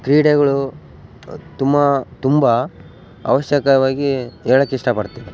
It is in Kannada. ಕ್ರೀಡೆಗಳು ತಮ್ಮಾ ತುಂಬ ಅವಶ್ಯಕವಾಗಿ ಹೇಳೋಕ್ ಇಷ್ಟಪಡ್ತಿನಿ